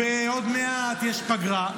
ועוד מעט יש פגרה.